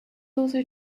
also